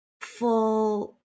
full